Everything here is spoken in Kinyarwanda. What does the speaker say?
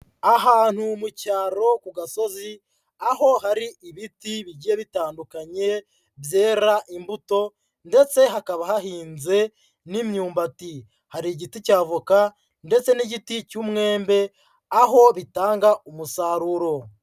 Ahantu mu cyaro ku gasozi, aho hari ibiti bigiya bitandukanye byera imbuto ndetse hakaba hahinze n'imyumbati, hari igiti cya avoka ndetse n'igiti cy'umwembe, aho bitanga umusaruro.